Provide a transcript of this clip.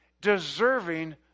deserving